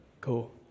Cool